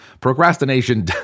Procrastination